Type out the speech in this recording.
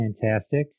fantastic